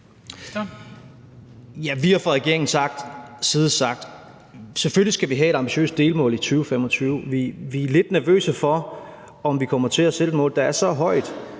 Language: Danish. Vi har fra regeringens side sagt, at vi selvfølgelig skal have et ambitiøst delmål i 2025. Vi er lidt nervøse for, om vi kommer til at sætte os et mål, der er så højt,